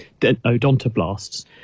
odontoblasts